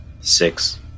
Six